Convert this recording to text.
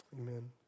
amen